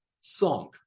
song